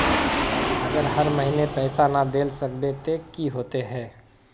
अगर हर महीने पैसा ना देल सकबे ते की होते है?